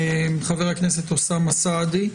הכנסת אוסאמה סעדי.